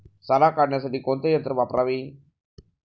सारा काढण्यासाठी कोणते यंत्र वापरावे?